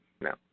No